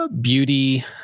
beauty